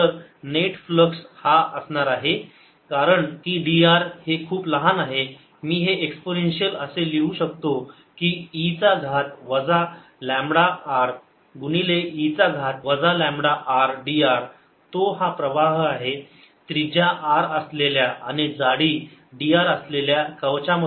तर net flux हा असणार आहे कारण की dr हे खूप लहान आहे मी हे एक्सपोनेन्शियल असे लिहू शकतो की E चा घात वजा लांबडा r गुणिले e चा घात वजा लांबडा r dr तो हा प्रवाह आहे त्रिज्या r असलेल्या आणि जाडी dr असलेल्या कवचामधून येणारा आणि तेच उत्तर आहे